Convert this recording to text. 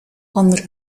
onder